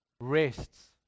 rests